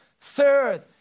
Third